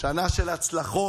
שנה של הצלחות,